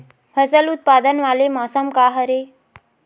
फसल उत्पादन वाले मौसम का हरे?